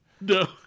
No